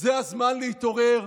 זה הזמן להתעורר.